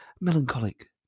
melancholic